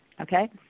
Okay